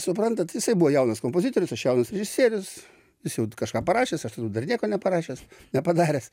suprantat jisai buvo jaunas kompozitorius aš jaunas režisierius jis jau kažką parašęs aš tada dar nieko neparašęs nepadaręs